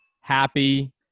Happy